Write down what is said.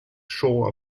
shore